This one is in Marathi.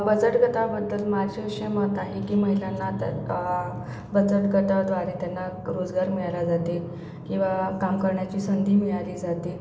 बचत गटाबद्दल माझे असे मत आहे की महिलांना तर बचत गटाव्दारे त्यांना रोजगार मिळाला जाते किंवा काम करण्याची संधी मिळाली जाते